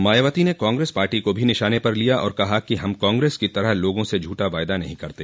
मायावती ने कांग्रेस पार्टी को भी निशाने पर लिया और कहा कि हम कांग्रेस की तरह लोगों से झूठा वायदा नहीं करते